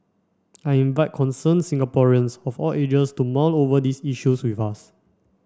I invite concerned Singaporeans of all ages to mull over these issues with us